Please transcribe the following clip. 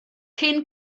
cyn